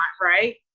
right